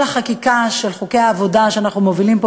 החקיקה של חוקי העבודה שאנחנו מובילים פה,